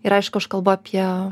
ir aišku aš kalbu apie